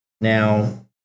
Now